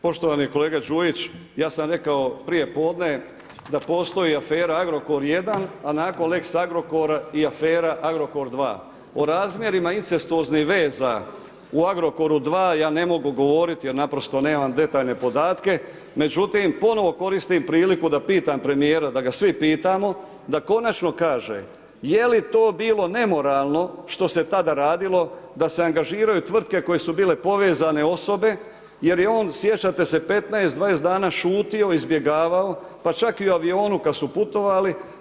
Poštovani kolega Đujić, ja sam rekao prije podne, da postoji afera Agrokor 1, a nakon lex Agrokora, i afera Agrokor 2. O razmjerima incestoznih veza, u Agrokoru 2 ja ne mogu gov oriti, jer naprosto nemam detaljne podatke, međutim, ponovno koristim priliku, da pitam premjera, da ga svi pitamo, da konačno kaže, je li to bilo nemoralno što se tada radilo, da se angažiraju tvrtke koje su bile povezane osobe, jer je on, sjećate se 15, 20 dana šutio, izbjegavao, pa čak i u avionu kada su putovali.